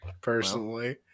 personally